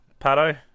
Pato